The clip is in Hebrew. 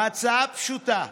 ההצעה פשוטה: